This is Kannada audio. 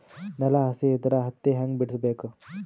ನೆಲ ಹಸಿ ಇದ್ರ ಹತ್ತಿ ಹ್ಯಾಂಗ ಬಿಡಿಸಬೇಕು?